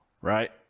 right